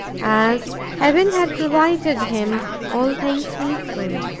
as heaven had provided him all things needful.